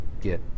get